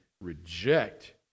reject